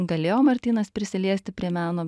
galėjo martynas prisiliesti prie meno